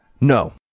no